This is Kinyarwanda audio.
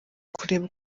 kureba